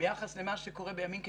ביחס למה שקורה בימים כתיקונים,